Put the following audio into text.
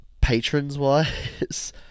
patrons-wise